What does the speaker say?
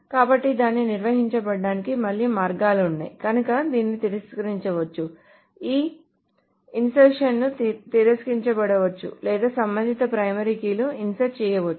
కాబట్టి దాన్ని నిర్వహించడానికి మళ్లీ మార్గాలు ఉన్నాయి కనుక దీనిని తిరస్కరించవచ్చు ఈ ఇన్సర్షన్ తిరస్కరించబడ వచ్చు లేదా సంబంధిత ప్రైమరీ కీ ని ఇన్సర్ట్ చేయవచ్చు